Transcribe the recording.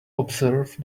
observe